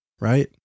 right